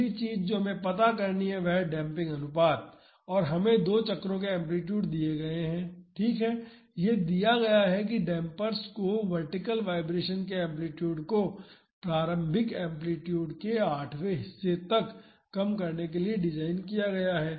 अगली चीज़ जो हमें पता करनी है वह है डेम्पिंग अनुपात और हमें दो चक्रों के एम्पलीटूड दिए गए हैं ठीक है यह दिया गया है कि डैम्पर्स को वर्टीकल वाइब्रेशन के एम्पलीटूड को प्रारंभिक एम्पलीटूड के आठवें हिस्से तक कम करने के लिए डिज़ाइन किया गया है